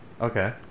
Okay